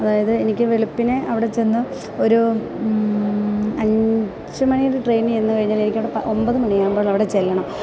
അതായത് എനിക്ക് വെളുപ്പിനെ അവിടെ ചെന്ന് ഒരു അഞ്ച് മണിയുടെ ട്രെയിനിന് ചെന്നുകഴിഞ്ഞാല് എനിക്കവിടെ ഒമ്പത് മണിയാകുമ്പോൾ അവിടെ ചെല്ലണം